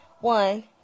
One